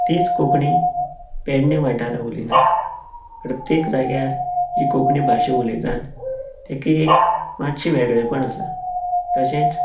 तीच कोंकणी पेडण्यां वाठारांत उलयनात प्रत्येक जाग्यार ही कोंकणी भाशा उलयतात तेका एक मातशें वेगळेपण आसा तशेंच